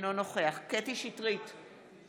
אינו נוכח קטי קטרין שטרית,